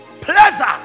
pleasure